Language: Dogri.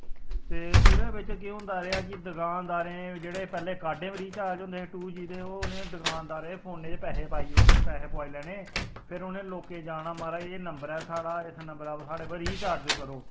ते ओह्दे बिच्च्च केह् होंदा रेहा कि दकान दारें जेह्ड़े पैह्लें कार्डे उप्पर रिचार्ज होंदे हे टू जी ते ओह् उ'नें दकानदारें फोने च पैहे पाई ओड़ने ते पैहे पुआई लैने फिर उ'नें लोकें जाना महाराज एह् नम्बर ऐ साढ़ा इस नम्बर उप्पर साढ़े उप्पर रिचार्ज करो